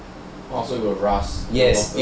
orh so it will rust